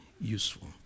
useful